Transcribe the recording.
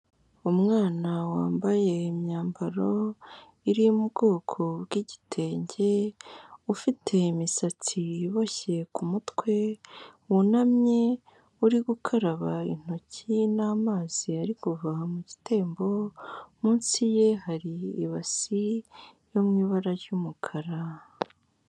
Umwana wambaye imyambaro iri mu bwoko bw'igitenge, ufite imisatsi iboshye ku mutwe, wunamye, uri gukaraba intoki n'amazi ari kuva mu gitembo, munsi ye hari ibasi yo mu ibara ry'umukara.